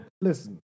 Listen